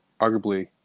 arguably